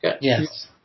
Yes